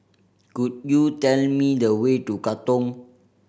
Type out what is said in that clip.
could you tell me the way to Katong